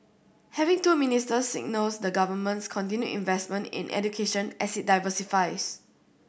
having two ministers signals the Government's continued investment in education as it diversifies